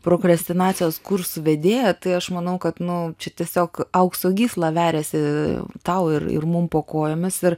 prokurestinacijos kursų vedėja tai aš manau kad nu čia tiesiog aukso gysla veriasi tau ir ir mum po kojomis ir